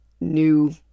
new